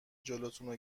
جلوتونو